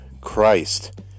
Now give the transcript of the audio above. Christ